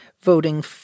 voting